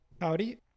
Howdy